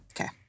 Okay